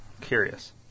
Curious